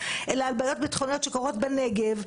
אלא על בעיות ביטחוניות שקורות בנגב,